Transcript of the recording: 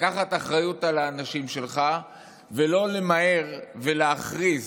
לקחת אחריות על האנשים שלך ולא למהר ולהכריז